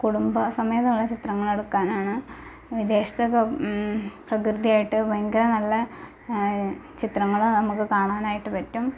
കുടുംബസമേതമുള്ള ചിത്രങ്ങൾ എടുക്കാനാണ് വിദേശത്തൊക്കെ പ്രകൃതിയായിട്ട് ഭയങ്കര നല്ല ചിത്രങ്ങൾ നമുക്ക് കാണാനായിട്ട് പറ്റും